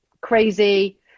crazy